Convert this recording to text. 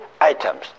items